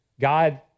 God